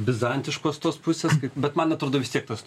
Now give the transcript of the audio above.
bizantiškos tos pusės bet man atrodo vis tiek tas